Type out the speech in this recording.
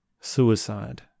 suicide